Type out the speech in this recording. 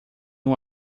uma